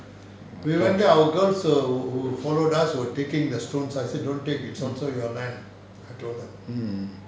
mm mm